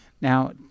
Now